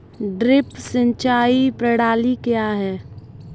Drip सिंचाई प्रणाली क्या है?